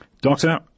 Doctor